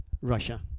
Russia